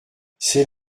c’est